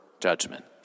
judgment